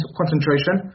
concentration